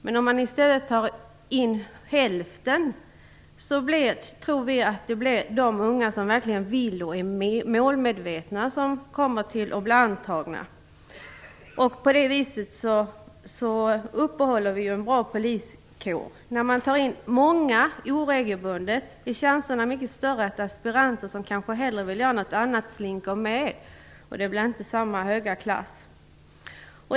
Men om man i stället tar in hälften tror vi att det blir de som verkligen har en vilja och är målmedvetna som kommer att bli antagna. På det viset uppehåller vi ju en bra poliskår. När man tar in många oregelbundet är chanserna mycket större att aspiranter som kanske hellre vill göra någonting annat slinker med, och då blir det inte samma höga klass.